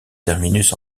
terminus